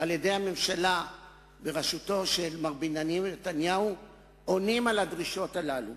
על-ידי הממשלה בראשותו של מר בנימין נתניהו עונים על הדרישות האלה.